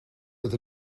with